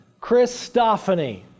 Christophany